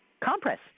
Compress